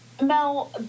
Mel